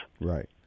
Right